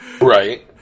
right